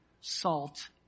salt